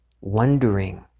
wondering